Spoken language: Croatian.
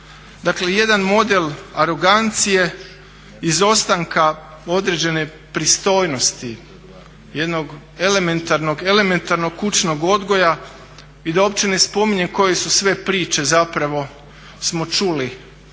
Dakle, jedan model arogancije, izostanka određene pristojnosti, jednog elementarnog kućnog odgoja i da uopće ne spominjem koje su sve priče zapravo smo čuli